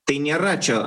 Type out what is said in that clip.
tai nėra čia